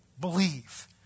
believe